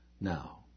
now